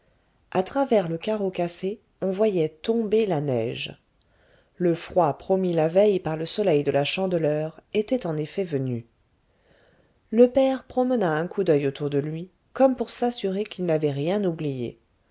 à travers le carreau cassé on voyait tomber la neige le froid promis la veille par le soleil de la chandeleur était en effet venu le père promena un coup d'oeil autour de lui comme pour s'assurer qu'il n'avait rien oublié